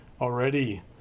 already